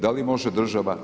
Da li može država?